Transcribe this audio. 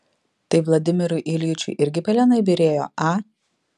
tai vladimirui iljičiui irgi pelenai byrėjo a